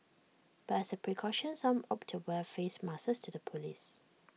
but as A precaution some opted to wear face masks to the polls